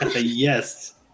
Yes